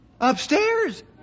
Upstairs